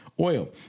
Oil